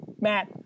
Matt